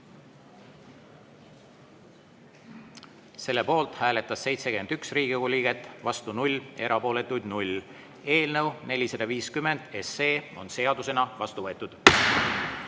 Selle poolt hääletas 71 Riigikogu liiget, vastu 0, erapooletuid 0. Eelnõu 450 on seadusena vastu võetud.